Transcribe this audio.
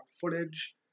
footage